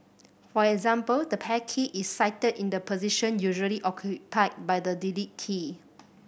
for example the pair key is sited in the position usually occupied by the delete key